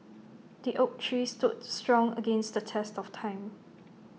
the oak tree stood strong against the test of time